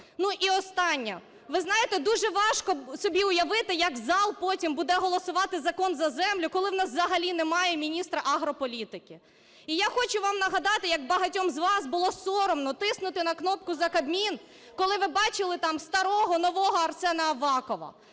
Ну, і останнє. Ви знаєте, дуже важко собі уявити, як зал потім буде голосувати закон за землю, коли у нас взагалі немає міністра агрополітики. І я хочу вам нагадати, як багатьом з вас було соромно тиснути на кнопку за Кабмін, коли ви бачили там старого нового Арсена Авакова.